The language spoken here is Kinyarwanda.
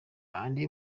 andy